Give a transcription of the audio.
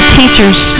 teachers